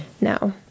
No